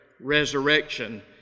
resurrection